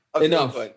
enough